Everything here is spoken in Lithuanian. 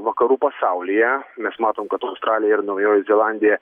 vakarų pasaulyje mes matom kad australija ir naujoji zelandija